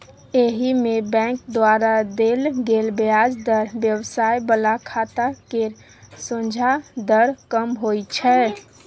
एहिमे बैंक द्वारा देल गेल ब्याज दर व्यवसाय बला खाता केर सोंझा दर कम होइ छै